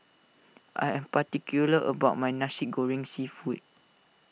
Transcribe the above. I am particular about my Nasi Goreng Seafood